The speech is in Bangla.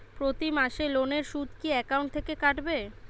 প্রতি মাসে লোনের সুদ কি একাউন্ট থেকে কাটবে?